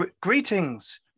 Greetings